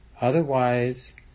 Otherwise